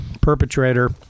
perpetrator